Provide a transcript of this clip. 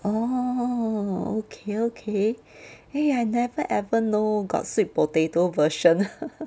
orh okay okay eh I never ever know got sweet potato version